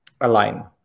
align